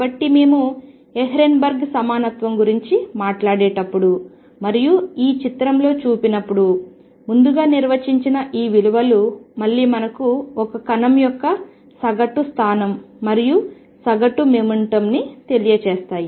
కాబట్టి మేము హైసెన్బర్గ్ సమానత్వం గురించి మాట్లాడేటప్పుడు మరియు ఈ చిత్రంలో చూపినప్పుడు ముందుగా నిర్వచించిన ఈ విలువలు మళ్లీ మనకు ఒక కణం యొక్క సగటు స్థానం మరియు సగటు మొమెంటం ని తెలియచేస్తాయి